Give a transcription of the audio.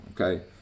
Okay